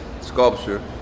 sculpture